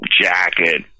jacket